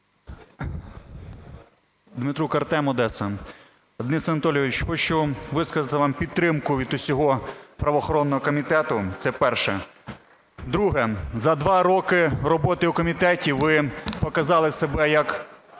Дмитрук Артем, Одеса. Денис Анатолійович, хочу висказати вам підтримку від усього правоохоронного комітету. Це перше. Друге. За два роки роботи у комітеті ви показали себе як